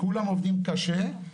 כולם עובדים קשה,